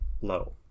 low